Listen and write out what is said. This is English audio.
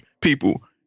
people